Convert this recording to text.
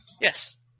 Yes